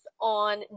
on